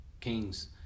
kings